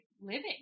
living